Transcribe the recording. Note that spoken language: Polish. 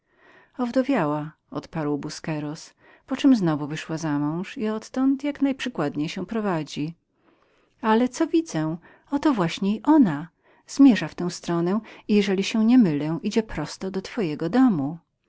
owdowiała odparł busqueros po czem znowu wyszła za mąż i odtąd jak najprzykładniej się prowadzi ale co widzę oto właśnie i ona zmierza w tę stronę i jeżeli się nie mylę idzie prosto do naszego domu